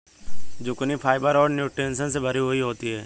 zucchini fibre और nutritions से भरी हुई होती है